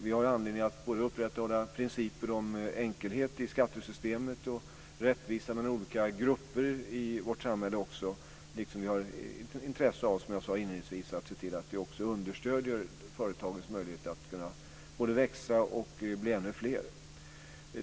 Vi har anledning att upprätthålla principer om både enkelhet i skattesystemet och rättvisa mellan olika grupper i vårt samhälle, liksom vi har ett intresse av, som jag sade inledningsvis, att se till att också understödja företagens möjligheter att både växa och bli ännu fler.